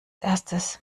erstes